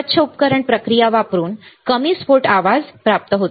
स्वच्छ उपकरण प्रक्रिया वापरून कमी स्फोट आवाज प्राप्त होतो